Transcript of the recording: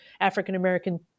African-American